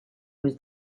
was